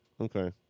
Okay